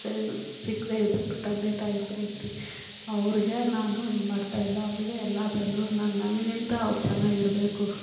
ಸಿಕ್ಕದೆ ಇದ್ದ ತಂದೆ ತಾಯಿ ಪ್ರೀತಿ ಅವರಿಗೆ ನಾನು ಇದು ಮಾಡ್ತಾಯಿಲ್ಲ ಅವರಿಗೆ ಎಲ್ಲಾದ್ರಲ್ಲು ನಾನು ನನಗಿಂತ ಅವರು ಚೆನ್ನಾಗಿರ್ಬೇಕು